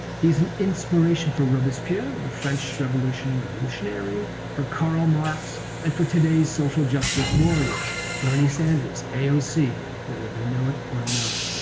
he's an inspiration for robespierre the french revolution revolutionary for karl marx, and for today's social justice warriors bernie sanders, aoc whether they know it or not.